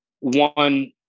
one